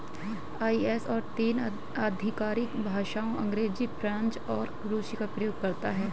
ISO तीन आधिकारिक भाषाओं अंग्रेजी, फ्रेंच और रूसी का प्रयोग करता है